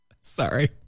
Sorry